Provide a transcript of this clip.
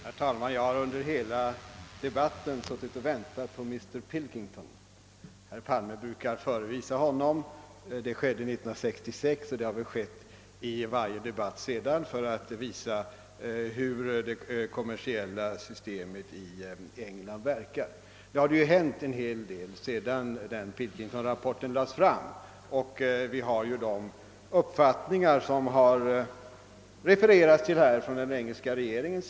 Herr talman! Jag har under hela debatten suttit och väntat på Mr Pilkington. Herr Palme brukar förevisa honom — det skedde 1966 och väl i varje debatt sedan dess — för att belysa hur det kommersialiserade systemet i England verkar. Nu har det hänt en hel del sedan Pilkington-rapporten lades fram, och den engelska regeringens uppfattning i frågan har tidigare under debatten refererats.